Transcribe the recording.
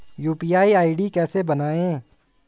UPI ID कैसे बनाएं?